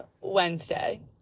Wednesday